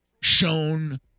shown